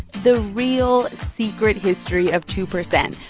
the real secret history of two percent.